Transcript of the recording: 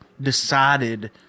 decided